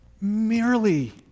merely